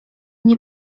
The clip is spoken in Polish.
nie